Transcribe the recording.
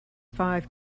five